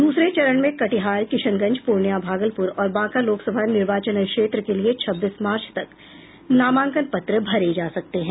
दूसरे चरण में कटिहार किशनगंज पूर्णिया भागलपुर और बांका लोकसभा निर्वाचन क्षेत्र के लिये छब्बीस मार्च तक नामांकन पत्र भरे जा सकते हैं